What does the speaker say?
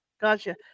Gotcha